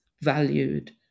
valued